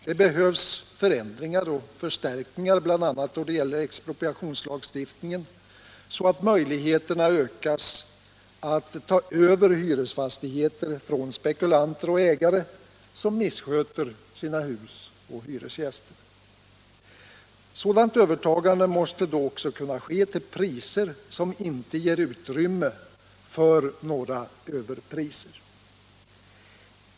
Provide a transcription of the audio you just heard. Det behövs förändringar och förstärkningar bl.a. då det gäller expropriationslagstiftningen, så att möjligheterna ökas att ta över hyresfastigheter från spekulanter och ägare som missköter sina hus och hyresgäster. Sådant övertagande måste då också kunna ske till belopp som inte ger utrymme för några överpriser.